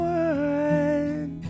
one